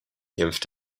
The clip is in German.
kämpft